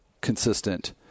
consistent